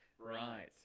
Right